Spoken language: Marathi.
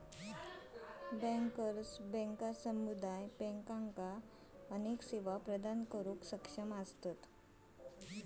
बँकर्स बँका समुदाय बँकांका अनेक सेवा प्रदान करुक सक्षम असतत